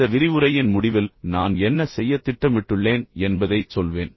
இந்த விரிவுரையின் முடிவில் நான் என்ன செய்யத் திட்டமிட்டுள்ளேன் என்பதைச் சொல்வேன்